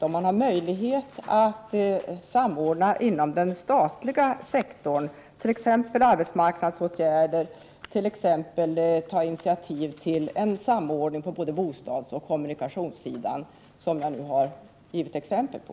Har man möjlighet att t.ex. föreslå arbetsmarknadsåtgärder? Kan man ta initiativ till en samordning på både bostadsoch kommunikationssidan, som jag har givit exempel på?